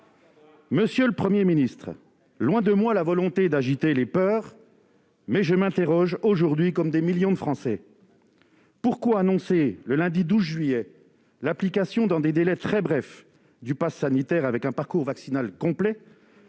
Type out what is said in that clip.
Monsieur le Premier ministre, loin de moi la volonté d'agiter les peurs, mais je m'interroge aujourd'hui, comme des millions de Français. Pourquoi annoncer le lundi 12 juillet l'application dans des délais très brefs du passe sanitaire avec un parcours vaccinal complet,